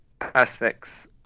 aspects